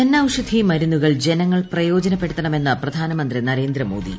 ജൻ ഔഷധി മരുന്നുകൾ ജനങ്ങൾ പ്രയോജനപ്പെടുത്തണമെന്ന് പ്രധാനമന്ത്രി നരേന്ദ്ര മോദി